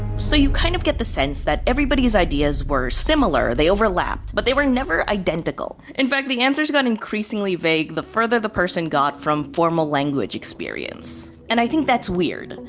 so you kind of get the sense that everybody's ideas were similar, they overlapped. but they were never identical. in fact, the answers got increasingly vague the further the person got from formal language experience. and i think that's weird.